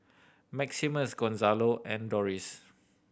Maximus Gonzalo and Doris